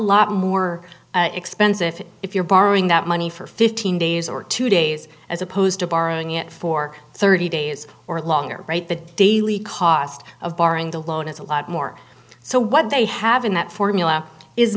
lot more expensive if you're borrowing that money for fifteen days or two days as opposed to knowing it for thirty days or longer right the daily cost of borrowing the loan is a lot more so what they have in that formula is